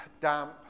damp